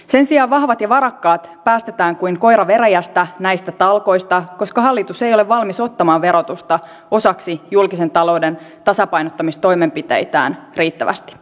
sen sijaan vahvat ja varakkaat päästetään kuin koira veräjästä näistä talkoista koska hallitus ei ole valmis ottamaan verotusta osaksi julkisen talouden tasapainottamistoimenpiteitään riittävästi